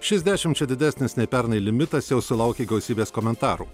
šis dešimčia didesnis nei pernai limitas jau sulaukė gausybės komentarų